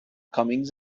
comings